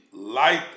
Light